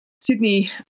Sydney